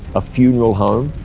a funeral home,